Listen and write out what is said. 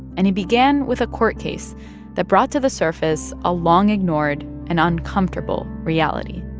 and he began with a court case that brought to the surface a long-ignored and uncomfortable reality